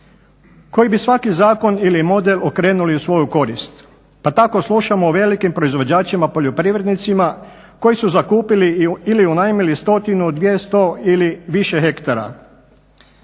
koji bi svaki zakon ili model okrenuli u svoju korist. Pa tako slušamo o velikim proizvođačima poljoprivrednicima koji su zakupili ili unajmili 100, 200 ili više hektara